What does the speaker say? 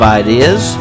ideas